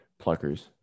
pluckers